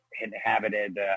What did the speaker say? inhabited